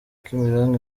kimironko